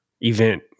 event